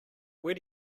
where